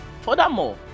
Furthermore